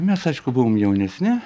mes aišku buvom jaunesni